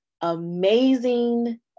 amazing